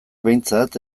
behintzat